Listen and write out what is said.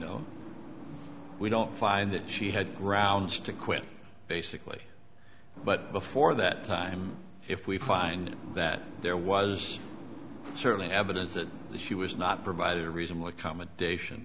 oh we don't find that she had grounds to quit basically but before that time if we find that there was certainly evidence that she was not provided a reasonable accommodation